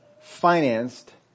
financed